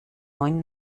neuen